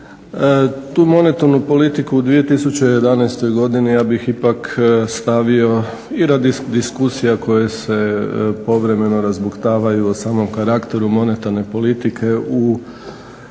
tu monetarnu politiku u 2011. godini ja bih ipak stavio i radi diskusije, a koje se povremeno razbuktavaju o samom karakteru monetarne politike u